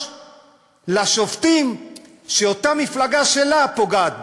ולא היא תשים את שומרי הראש לשופטים שאותה מפלגה שלה פוגעת בהם.